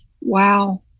wow